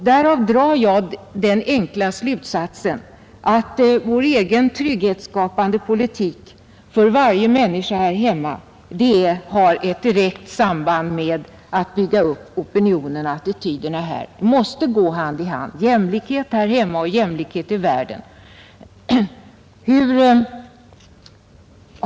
Därav drar jag den enkla slutsatsen att vår egen trygghetsskapande politik för varje människa här hemma har ett direkt samband med uppbyggandet av opinionerna och attityderna. Jämlikhet här hemma och jämlikhet ute i världen måste gå hand i hand.